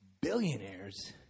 billionaires